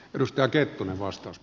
herra puhemies